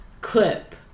clip